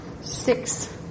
six